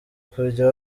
kujya